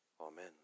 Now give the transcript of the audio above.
Amen